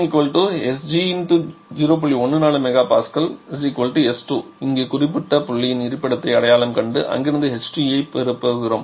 14 MPas2 இந்த குறிப்பிட்ட புள்ளியின் இருப்பிடத்தை அடையாளம் கண்டு அங்கிருந்து h2 ஐப் பெறுகிறோம்